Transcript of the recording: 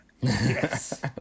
Yes